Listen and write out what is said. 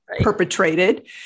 perpetrated